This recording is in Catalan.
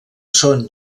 són